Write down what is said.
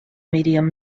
medium